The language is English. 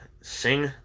Sing